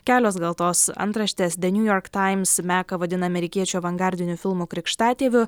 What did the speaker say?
kelios gal tos antraštės the new york times meką vadina amerikiečių avangardinių filmų krikštatėviu